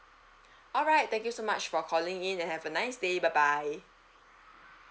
alright thank you so much for calling in and have a nice day bye bye